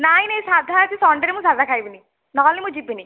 ନାଇଁ ନାଇଁ ସାଧା ଆଜି ସନଡେରେ ମୁଁ ସାଧା ଖାଇବିନି ନହେଲେ ମୁଁ ଯିବିନି